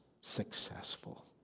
successful